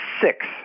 six